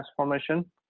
transformation